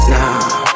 now